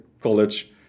college